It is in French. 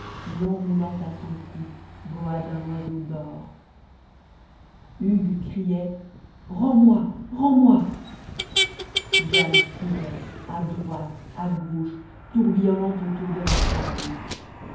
l'enroulant à son cou boa d'un oiseau d'or hugues criait rends-moi rends-moi jane courait à droite à gauche tourbillonnant autour de la table